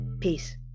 Peace